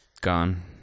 gone